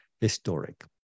historic